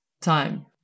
time